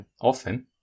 often